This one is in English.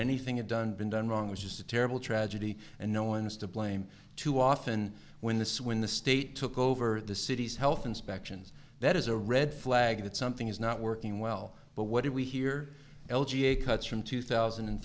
anything had done been done wrong was just a terrible tragedy and no one is to blame too often when this when the state took over the city's health inspections that is a red flag that something is not working well but what do we hear l g a cuts from two thousand and